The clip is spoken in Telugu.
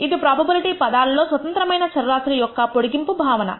ఇది ప్రోబబిలిటీ పదాలలో స్వతంత్రమైన చర రాశుల యొక్క పొడిగింపు భావన